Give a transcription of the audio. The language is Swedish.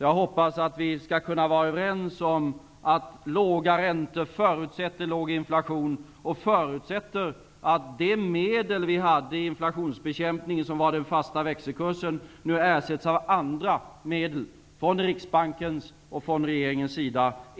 Jag hoppas att vi skall kunna vara överens om att låga räntor föutsätter låg inflation. Jag förutsätter att de medel vi hade i inflationsbekämpningen, den fasta växelkursen, nu ersätts av andra medel från riksbankens och regeringens sida.